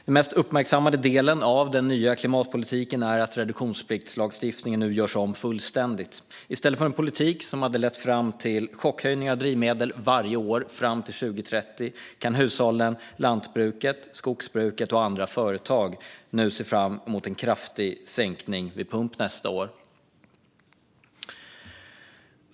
Den mest uppmärksammade delen av den nya klimatpolitiken är att reduktionspliktslagstiftningen nu görs om fullständigt. I stället för en politik som hade lett fram till chockhöjningar av drivmedelspriserna varje år fram till 2030 kan hushållen, lantbruket, skogsbruket och andra företag nu se fram mot en kraftig sänkning vid pump nästa år.